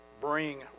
bring